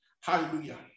Hallelujah